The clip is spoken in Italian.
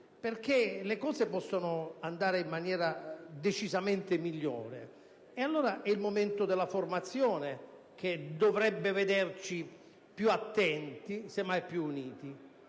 che le cose vadano in maniera decisamente migliore. Ecco allora che è il momento della formazione che dovrebbe vederci più attenti e semmai più uniti.